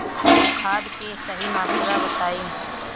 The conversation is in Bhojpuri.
खाद के सही मात्रा बताई?